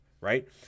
right